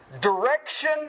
Direction